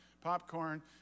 popcorn